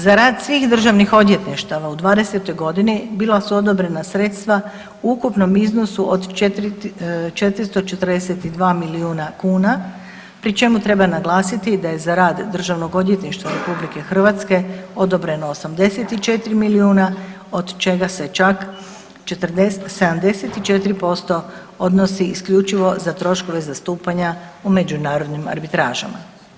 Za rad svih državnih odvjetništava u '20. godini bila su odobrena sredstava u ukupnom iznosu od 442 milijuna kuna pri čemu naglasiti da je za rad Državnog odvjetništva RH odobreno 84 milijuna od čega se čak 40, 74% odnosi isključivo za troškove zastupanja u međunarodnim arbitražama.